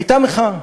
הייתה מחאה,